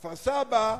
כפר-סבא,